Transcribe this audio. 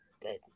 good